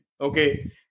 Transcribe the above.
okay